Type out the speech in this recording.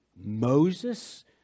Moses